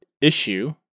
issue